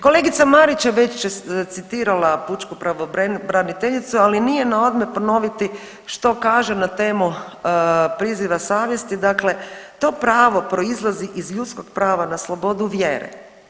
Kolegica Marić je već citirala pučku pravobraniteljicu, ali nije naodmet ponoviti što kaže na temu priziva savjesti, dakle to pravo proizlazi iz ljudskog prava na slobodu vjere.